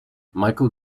michael